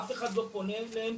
אף אחד לא פונה אליהם,